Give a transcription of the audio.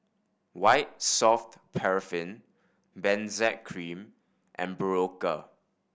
White Soft Paraffin Benzac Cream and Berocca